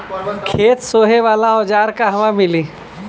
खेत सोहे वाला औज़ार कहवा मिली?